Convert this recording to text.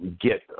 get